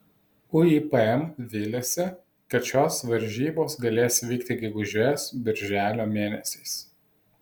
uipm viliasi kad šios varžybos galės vykti gegužės birželio mėnesiais